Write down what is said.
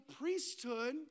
priesthood